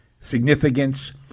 significance